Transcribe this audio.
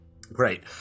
great